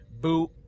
boot